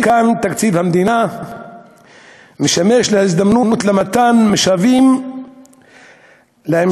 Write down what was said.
כאן תקציב המדינה משמש להזדמנות למתן משאבים להמשך